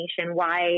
nationwide